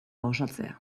gozatzea